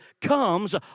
comes